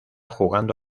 jugando